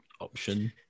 option